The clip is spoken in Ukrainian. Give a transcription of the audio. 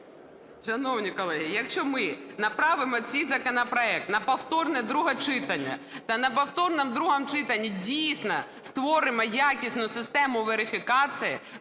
Шановні колеги, якщо ми направимо цей законопроект на повторне друге читання та на повторному другому читанні дійсно створимо якісну систему верифікації,